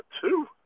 two